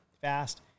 fast